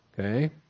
Okay